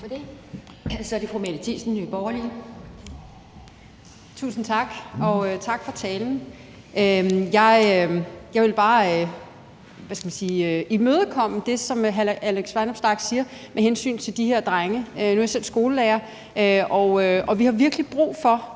Tusind tak, og tak for talen. Jeg vil bare imødekomme det, som hr. Alex Vanopslagh siger med hensyn til de her drenge. Nu er jeg selv skolelærer, og vi har virkelig brug for